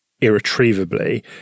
irretrievably